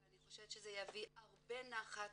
אני חושבת שזה יביא הרבה נחת